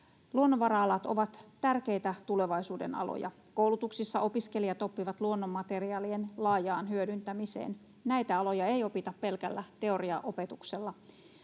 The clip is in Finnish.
Luonnonvara-alat ovat tärkeitä tulevaisuuden aloja. Koulutuksissa opiskelijat oppivat luonnonmateriaalien laajaan hyödyntämiseen. Näitä aloja ei opita pelkällä teoriaopetuksella.